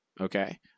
Okay